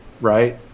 right